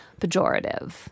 pejorative